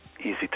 easy